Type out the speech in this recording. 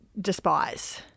despise